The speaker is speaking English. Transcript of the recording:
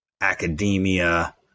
academia